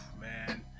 man